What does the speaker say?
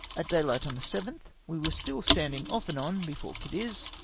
at daylight on the seventh we were still standing off and on before cadiz,